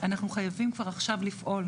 אנחנו חייבים כבר עכשיו לפעול,